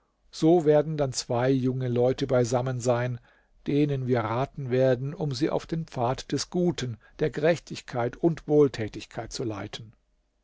so werden dann zwei junge leute beisammen sein denen wir raten werden um sie auf den pfad des guten der gerechtigkeit und wohltätigkeit zu leiten